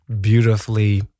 beautifully